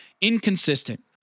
inconsistent